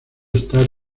estar